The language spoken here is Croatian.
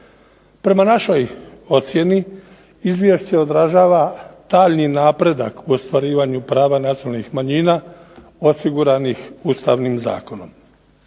Prema našoj ocjeni izvješće odražava daljnji napredak u ostvarivanju prava nacionalnih manjina osiguranih Ustavnim zakonom.